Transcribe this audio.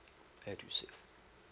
edusave